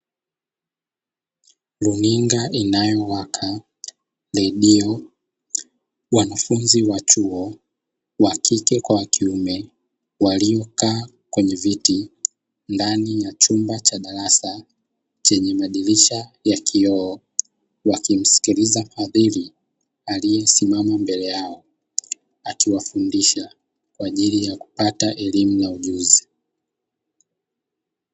Runinga inayowaka redio wanafunzi wa chuo wa kike kwa wa kiume waliokaa kwenye viti ndani ya chumba cha darasa, chenye madirisha ya kioo wakimsikiliza mhadhiri aliyesimama mbele yao akiwafundisha kwa ajili ya kupata elimu na ujuzi.